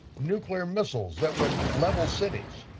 nuclear missiles that would level cities.